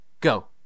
go